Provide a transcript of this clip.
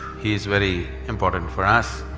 he is very important for us.